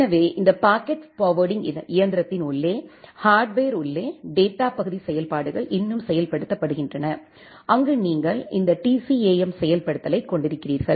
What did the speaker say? எனவே இந்த packet forwarding இயந்திரத்தின் உள்ளே ஹார்ட்வர் உள்ளே டேட்டா பகுதி செயல்பாடுகள் இன்னும் செயல்படுத்தப்படுகின்றன அங்கு நீங்கள் இந்த TCAM செயல்படுத்தலைக் கொண்டிருக்கிறீர்கள்